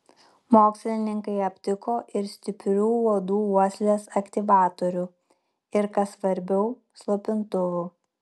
mokslininkai aptiko ir stiprių uodų uoslės aktyvatorių ir kas svarbiau slopintuvų